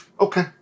Okay